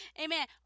amen